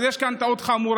אז יש כאן טעות חמורה,